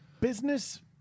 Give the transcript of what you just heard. Business